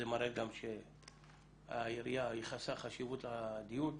זה מראה גם שהעירייה יחסה חשיבות לדיון.